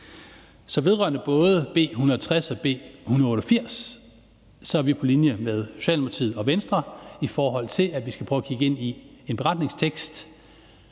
Så vedrørende både B 160 og B 188 er vi på linje med Socialdemokratiet og Venstre, i forhold til at vi skal prøve at kigge ind i en beretningstekst.